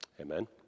amen